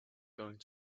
going